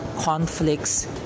conflicts